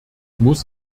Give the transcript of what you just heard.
muss